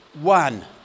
one